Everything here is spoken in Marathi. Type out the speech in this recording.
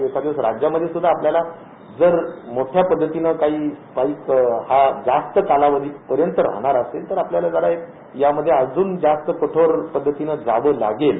एखादवेळेस राज्यामध्ये सुद्धा आपल्याला जर मोठ्या पद्धतीनं काही स्पाईक हा जास्त कालावधीपर्यंत राहणार असेल तर आपल्याला एक यामध्ये अजून कठोर पद्धतीनं जावं लागेल